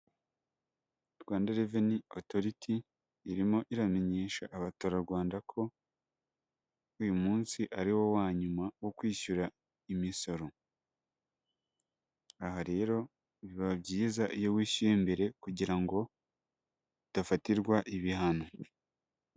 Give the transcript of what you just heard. Rwanda reveni otoriti, irimo iramenyesha Abaturarwanda ko uyu munsi ariwo wo kwishyu imisoro. Aha rero biba byiza iyowishyuye imbere kugira ngo udafatirwa ibihano.